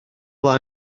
flaen